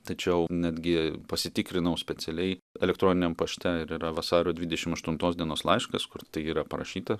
tačiau netgi pasitikrinau specialiai elektroniniam pašte ir yra vasario dvidešim aštuntos dienos laiškas kur tai yra parašyta